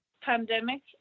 pandemic